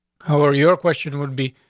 how are your question? would be?